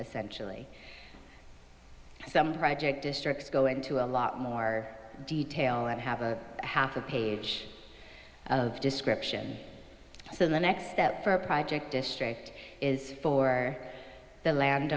essentially project districts go into a lot more detail that have a half a page of description so the next step for a project district is for the land